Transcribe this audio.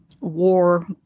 war